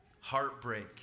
heartbreak